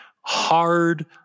hard